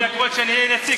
עם כל הכבוד שאני אהיה נציג,